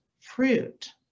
fruit